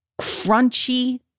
crunchy